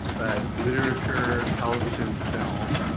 but literature, television, film,